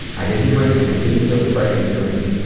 i didn't drink and i didn't feel the pressure to drink.